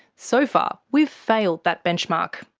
so far, we've failed that benchmark.